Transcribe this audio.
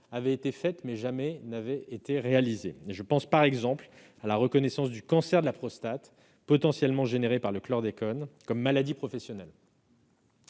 qui n'avaient jamais été tenues. Je pense par exemple à la reconnaissance du cancer de la prostate potentiellement causé par le chlordécone comme maladie professionnelle.